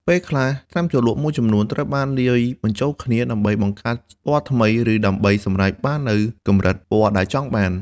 ពេលខ្លះថ្នាំជ្រលក់មួយចំនួនត្រូវបានលាយបញ្ចូលគ្នាដើម្បីបង្កើតពណ៌ថ្មីឬដើម្បីសម្រេចបាននូវកម្រិតពណ៌ដែលចង់បាន។